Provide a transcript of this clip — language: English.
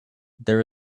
there